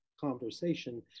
conversation